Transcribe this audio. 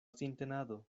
sintenado